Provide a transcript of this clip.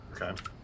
Okay